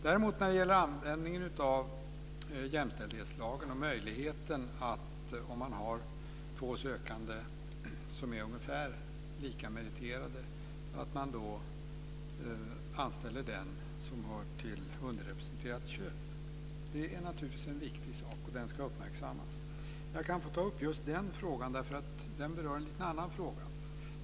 Däremot är det viktigt att uppmärksamma användningen av jämställdhetslagen och möjligheten att när det finns två sökande som är ungefär lika meriterade anställa den som hör till det underrepresenterade könet. Jag tar upp den frågan eftersom den berör lite grann en annan fråga.